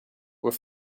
were